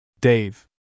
Dave